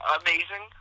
amazing